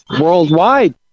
worldwide